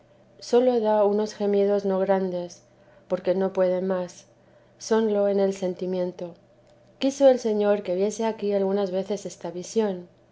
sólo da unos gemidos no grandes porque no puede mas sonlo en el sentimiento quiso el señor que viniese aquí algunas veces esta visión